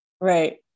Right